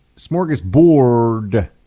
smorgasbord